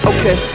Okay